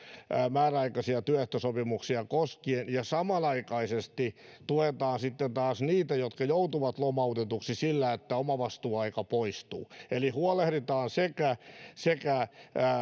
määräaikaisia työsopimuksia koskien ja samanaikaisesti sitten taas tuetaan heitä jotka joutuvat lomautetuiksi sillä että omavastuuaika poistuu eli huolehditaan samanaikaisesti sekä